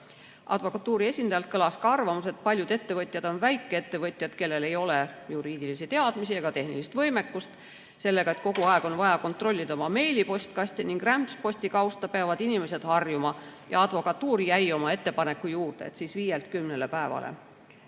Advokatuuri esindajalt kõlas ka arvamus, et paljud ettevõtjad on väikeettevõtjad, kellel ei ole juriidilisi teadmisi ega tehnilist võimekust. Sellega, et kogu aeg on vaja kontrollida oma meilipostkasti ning rämpspostikausta, peavad inimesed harjuma. Advokatuur jäi oma ettepaneku juurde, et [pikendada] viielt kümnele päevale.